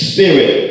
Spirit